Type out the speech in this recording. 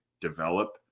develop